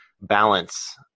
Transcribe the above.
balance